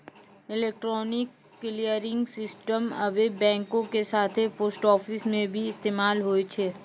electronic clearing system आबे बैंको के साथे पोस्ट आफिसो मे भी इस्तेमाल होय छै